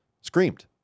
Screamed